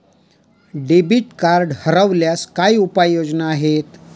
Debit card हरवल्यास काय उपाय योजना आहेत?